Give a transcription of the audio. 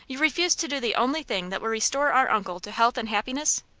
you refuse to do the only thing that will restore our uncle to health and happiness?